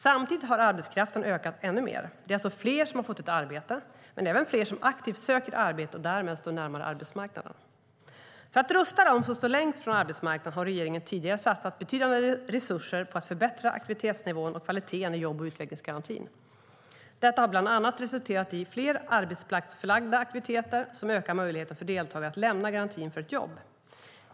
Samtidigt har arbetskraften ökat ännu mer. Det är alltså fler som har fått ett arbete men även fler som aktivt söker arbete och därmed står närmare arbetsmarknaden. För att rusta dem som står längst från arbetsmarknaden har regeringen tidigare satsat betydande resurser på att förbättra aktivitetsnivån och kvaliteten i jobb och utvecklingsgarantin. Detta har bland annat resulterat i fler arbetsplatsförlagda aktiviteter som ökar möjligheterna för deltagarna att lämna garantin för ett jobb.